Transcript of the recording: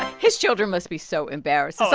his children must be so embarrassed. so